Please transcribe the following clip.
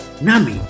Nami